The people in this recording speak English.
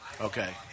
Okay